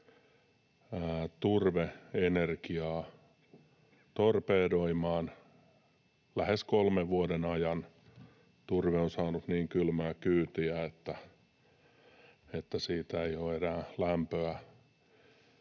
turve-energiaa torpedoimaan — lähes kolmen vuoden ajan turve on saanut niin kylmää kyytiä, että siitä ei ole enää lämpöä